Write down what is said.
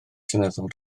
seneddol